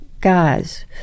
guys